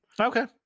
okay